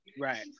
right